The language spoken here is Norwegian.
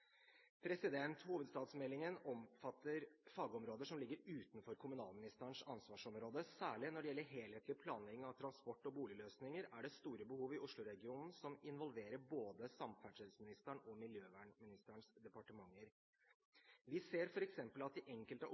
Hovedstadsmeldingen omfatter fagområder som ligger utenfor kommunalministerens ansvarsområde. Særlig når det gjelder helhetlig planlegging av transport- og boligløsninger, er det store behov i Oslo-regionen som involverer både samferdselsministerens og miljøvernministerens departementer. Vi ser f.eks. at det i enkelte